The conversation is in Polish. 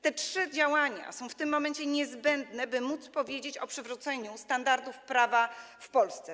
Te trzy działania są w tym momencie niezbędne, by móc mówić o przywróceniu standardów prawa w Polsce.